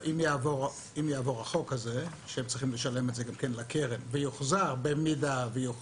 אם יעבור החוק הזה שהם צריכים לשלם גם כן לקרן ויוחזר אם יוחלט